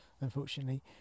unfortunately